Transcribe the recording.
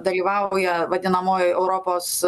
dalyvauja vadinamojoj europos